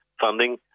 funding